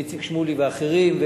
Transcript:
עם איציק שמולי ואחרים,